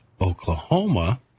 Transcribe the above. Oklahoma